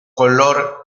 color